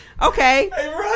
Okay